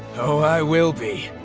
oh, i will be.